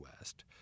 West